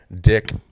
dick